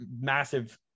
massive